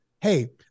Hey